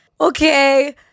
okay